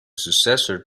successor